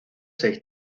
seis